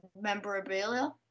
memorabilia